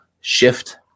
shift